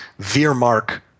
Veermark –